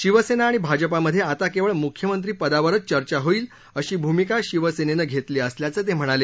शिवसेना आणि भाजपामधे आता केवळ मुख्यमंत्रीपदावरच चर्चा होईल अशी भूमिका शिवसेनेनं घेतली असल्याचं ते म्हणाले